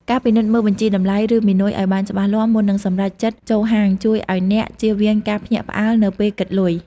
ការពិនិត្យមើលបញ្ជីតម្លៃ ឬ មីនុយ ឱ្យបានច្បាស់លាស់មុននឹងសម្រេចចិត្តចូលហាង ជួយឱ្យអ្នកជៀសវាងការភ្ញាក់ផ្អើលនៅពេលគិតលុយ។